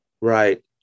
Right